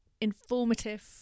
informative